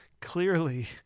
clearly